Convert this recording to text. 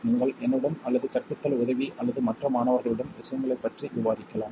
நீங்கள் என்னுடன் அல்லது கற்பித்தல் உதவி அல்லது மற்ற மாணவர்களுடன் விஷயங்களைப் பற்றி விவாதிக்கலாம்